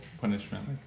punishment